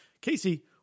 Casey